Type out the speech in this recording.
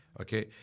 okay